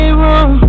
room